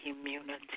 immunity